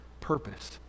purpose